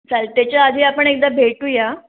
चालेल त्याच्याआधी आपण एकदा भेटूया